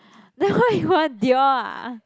then what you want Dior ah